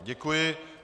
Děkuji.